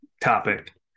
topic